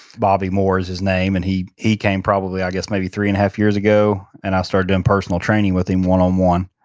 bobby moore is his name, and he he came probably i guess maybe three and a half years ago. and i started doing personal training with him one on one,